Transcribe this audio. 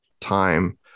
time